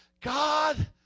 God